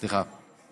סליחה.